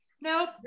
Nope